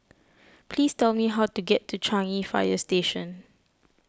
please tell me how to get to Changi Fire Station